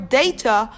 data